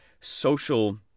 social